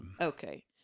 Okay